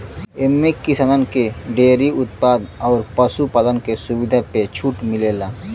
एम्मे किसानन के डेअरी उत्पाद अउर पशु पालन के सुविधा पे छूट मिलेला